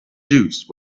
juice